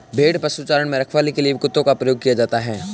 भेड़ पशुचारण में रखवाली के लिए कुत्तों का प्रयोग भी किया जाता है